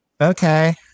okay